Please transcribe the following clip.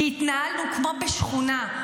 כי התנהלנו כמו בשכונה.